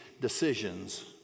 decisions